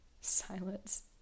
Silence